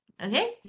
Okay